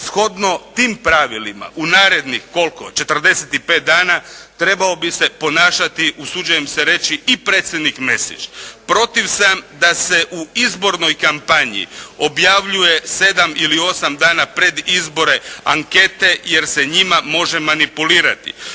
Shodno tim pravilima u narednih koliko, 45 dana trebao bi se ponašati usuđujem se reći i predsjednik Mesić. Protiv sam da se u izbornoj kampanji objavljuje sedam ili osam dana pred izbore ankete jer se njima može manipulirati.